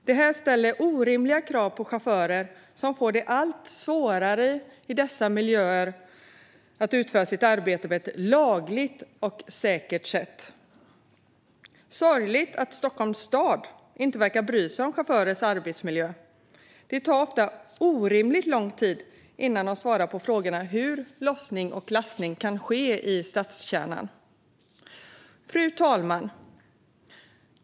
Det här ställer orimliga krav på chaufförer i dessa miljöer, som får det allt svårare att utföra sitt arbete på ett lagligt och säkert sätt. Det är sorgligt att Stockholms stad inte verkar bry sig om chaufförers arbetsmiljö. Det tar ofta orimligt lång tid innan man svarar på frågor om hur lastning och lossning ska kunna ske i stadskärnan. Fru talman!